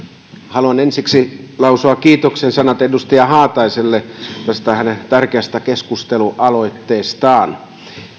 haluan ensiksi lausua kiitoksen sanat edustaja haataiselle tästä hänen tärkeästä keskustelualoitteestaan